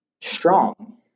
Strong